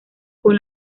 con